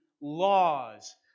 laws